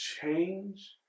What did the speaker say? change